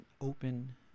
open